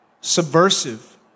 subversive